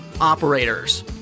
operators